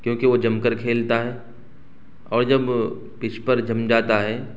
کیوں کہ وہ جم کر کھیلتا ہے اور جب پچ پر جم جاتا ہے